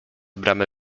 bramy